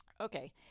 Okay